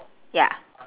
ya